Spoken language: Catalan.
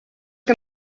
que